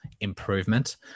improvement